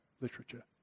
literature